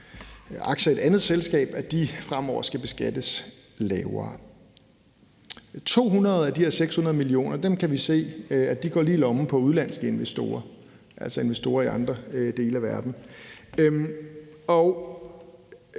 aktier i et andet selskab, fremover skal beskattes mindre. 200 af de her 600 mio. kr. kan vi se går lige i lommen på udenlandske investorer, altså investorer i andre dele af verden.